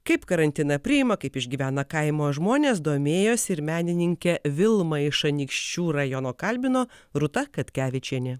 kaip karantiną priima kaip išgyvena kaimo žmonės domėjosi ir menininkė vilma iš anykščių rajono kalbino rūta katkevičienė